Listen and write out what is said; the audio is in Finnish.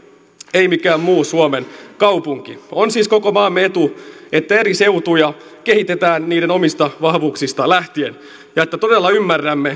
ei mikään muu suomen kaupunki on siis koko maamme etu että eri seutuja kehitetään niiden omista vahvuuksista lähtien ja että todella ymmärrämme